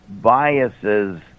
biases